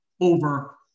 over